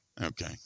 Okay